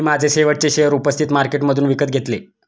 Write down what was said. मी माझे शेवटचे शेअर उपस्थित मार्केटमधून विकत घेतले